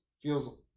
feels